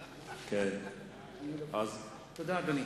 תודה, אדוני.